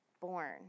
born